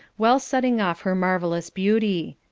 well setting off her marvellous beauty.